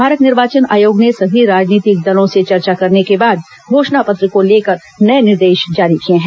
भारत निर्वाचन आयोग ने सभी राजनीतिक दलों से चर्चा करने के बाद घोषणा पत्र को लेकर नए निर्देश जारी किए हैं